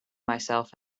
myself